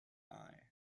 eye